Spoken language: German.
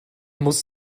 muss